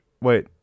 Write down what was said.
Wait